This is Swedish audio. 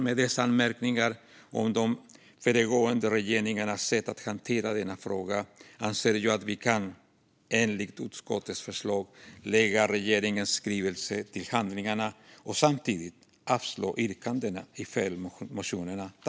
Med dessa anmärkningar om de föregående regeringarnas sätt att hantera denna fråga anser jag att vi, enligt utskottets förslag, kan lägga regeringens skrivelse till handlingarna och samtidigt avslå yrkandena i följdmotionerna.